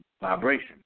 vibration